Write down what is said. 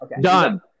Done